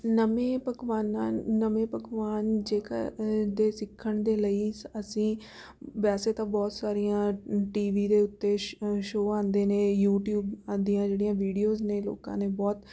ਨਵੇਂ ਪਕਵਾਨਾਂ ਨਵੇਂ ਪਕਵਾਨ ਜੇਕਰ ਦੇ ਸਿੱਖਣ ਦੇ ਲਈ ਸ ਅਸੀਂ ਵੈਸੇ ਤਾਂ ਬਹੁਤ ਸਾਰੀਆਂ ਟੀ ਵੀ ਦੇ ਉੱਤੇ ਸ਼ ਸ਼ੋਅ ਆਉਂਦੇ ਨੇ ਯੂਟਿਊਬ ਆਉਂਦੀਆਂ ਜਿਹੜੀਆਂ ਵੀਡੀਓਸ ਨੇ ਲੋਕਾਂ ਨੇ ਬਹੁਤ